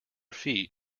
feet